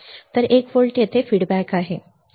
तर 1 व्होल्ट येथे अभिप्राय आहे